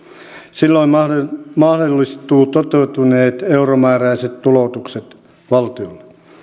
silloin mahdollistuvat toteutuneet euromääräiset tuloutukset valtiolle